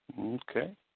Okay